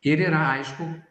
ir yra aišku